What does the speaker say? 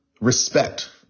respect